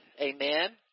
Amen